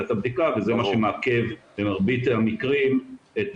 בו את הבדיקה וזה מה שמעכב במרבית המקרים את